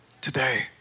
today